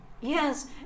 Yes